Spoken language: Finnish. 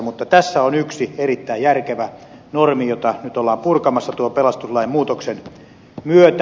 mutta tässä on yksi erittäin järkevä normi jota nyt ollaan purkamassa tuon pelastuslain muutoksen myötä